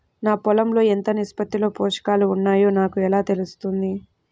నా పొలం లో ఎంత నిష్పత్తిలో పోషకాలు వున్నాయో నాకు ఎలా తెలుస్తుంది?